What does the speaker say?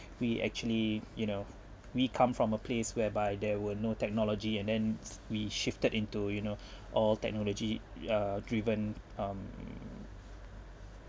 we actually you know we come from a place whereby there were no technology and then we shifted into you know all technology uh driven um